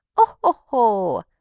oh! oh!